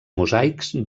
mosaics